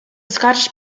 scottish